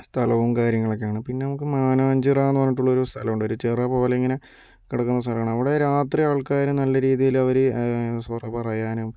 സ്ഥലവും കാര്യങ്ങളൊക്കെയാണ് പിന്നെ നമുക്ക് മാനാംചിറ എന്ന് പറഞ്ഞിട്ടുള്ള ഒരു സ്ഥലമുണ്ട് ഒരു ചിറപോലിങ്ങനെ കിടക്കുന്ന സ്ഥലമാണ് അവിടെ രാത്രി ആൾക്കാര് നല്ല രീതിയിൽ അവര് സൊറ പറയാനും